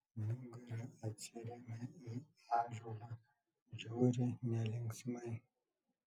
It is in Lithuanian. nugara atsiremia į ąžuolą žiūri nelinksmai